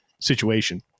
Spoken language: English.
situation